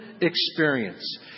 experience